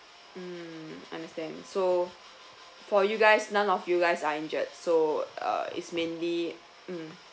mm understand so for you guys none of you guys are injured so uh it's mainly mm